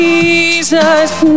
Jesus